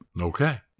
okay